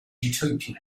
utopian